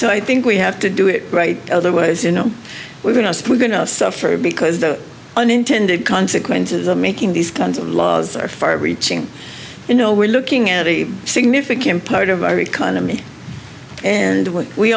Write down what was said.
so i think we have to do it right otherwise you know we're going to put going to suffer because the unintended consequences of making these kinds of laws are far reaching you know we're looking at a significant part of our economy and w